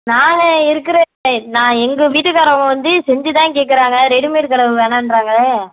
நாங்கள் இருக்கிற நான் எங்கள் வீட்டுக்காரங்க வந்து செஞ்சுதான் கேட்குறாங்க ரெடிமேட் கதவு வேணாகிறாங்க